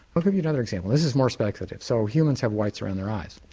but give you another example. this is more speculative. so humans have whites around their eyes,